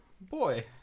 boy